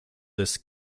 this